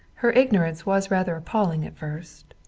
her ignorance was rather appalling at first.